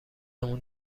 اون